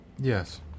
Yes